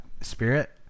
Spirit